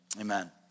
Amen